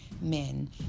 men